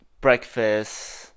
Breakfast